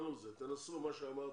תנסו מה שאמרת,